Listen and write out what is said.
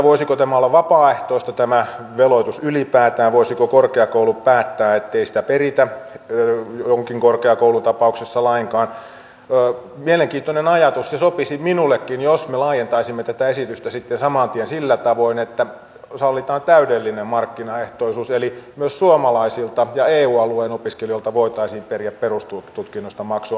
voisiko tämä olla vapaaehtoista tämä veloitus ylipäätään voisivatko korkeakoulut päättää ettei sitä peritä jonkin korkeakoulun tapauksessa lainkaan se on mielenkiintoinen ajatus ja sopisi minullekin jos me laajentaisimme tätä esitystä sitten saman tien sillä tavoin että sallitaan täydellinen markkinaehtoisuus eli myös suomalaisilta ja eu alueen opiskelijoilta voitaisiin periä perustutkinnosta maksua